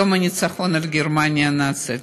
יום הניצחון על גרמניה הנאצית.